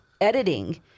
editing